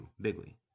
Bigly